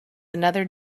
another